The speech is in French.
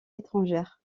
étrangères